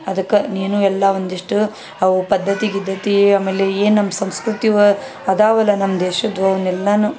ಅದಕ್ಕೆ ನೀನು ಎಲ್ಲ ಒಂದಿಷ್ಟು ಅವು ಪದ್ಧತಿ ಗಿದ್ದತೀ ಆಮೇಲೆ ಏನು ನಮ್ಮ ಸಂಸ್ಕೃತಿವ ಅದಾವಲ ನಮ್ಮ ದೇಶದ್ದು ಅವ್ನೆಲ್ಲನೂ